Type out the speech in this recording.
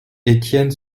étienne